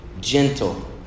gentle